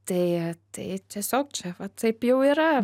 tai tai tiesiog čia vat taip jau yra